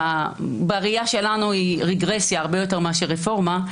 שבראייה שלנו היא רגרסיה הרבה יותר מאשר רפורמה,